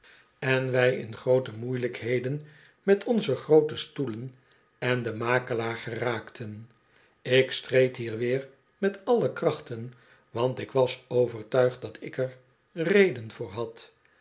en wij in groote moeielykheden met onze groote stoelen en den makelaar geraakten ik streed hier weer met alle krachten want ik was overtuigd dat ik er reden voor had